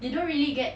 they don't really get